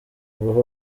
guha